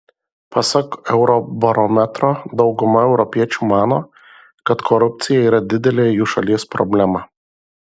pasak eurobarometro dauguma europiečių mano kad korupcija yra didelė jų šalies problema